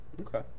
Okay